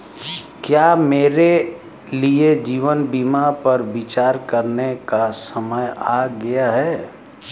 क्या मेरे लिए जीवन बीमा पर विचार करने का समय आ गया है?